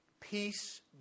peace